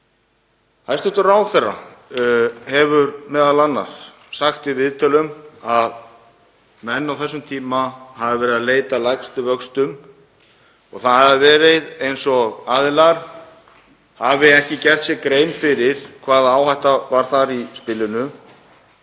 Hæstv. ráðherra hefur m.a. sagt í viðtölum að menn á þessum tíma hafi verið að leita að lægstu vöxtum. Það hafi verið eins og aðilar hafi ekki gert sér grein fyrir hvaða áhætta var þar í spilinu,